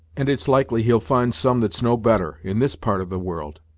and it's likely he'll find some that's no better, in this part of the world.